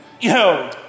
Yo